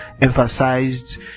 emphasized